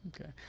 Okay